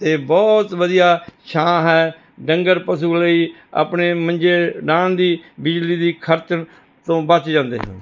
ਅਤੇ ਬਹੁਤ ਵਧੀਆ ਛਾਂ ਹੈ ਡੰਗਰ ਪਸ਼ੂ ਲਈ ਆਪਣੇ ਮੰਜੇ ਡਾਹੁਣ ਦੀ ਬਿਜਲੀ ਦੀ ਖਪਤ ਤੋਂ ਬਚ ਜਾਂਦੇ ਹਨ